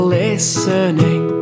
listening